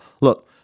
Look